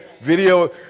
Video